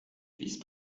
vice